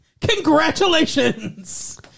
congratulations